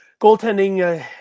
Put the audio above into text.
goaltending